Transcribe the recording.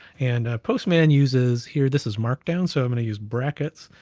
and a postman uses, here, this is marked down. so i'm gonna use brackets,